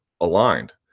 aligned